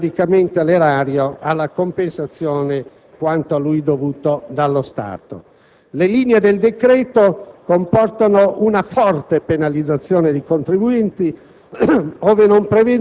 da versare periodicamente all'erario, alla compensazione di quanto a lui dovuto dallo Stato. Le linee del decreto comportano una forte penalizzazione dei contribuenti,